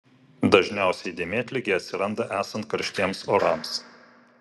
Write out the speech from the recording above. dažniausiai dėmėtligė atsiranda esant karštiems orams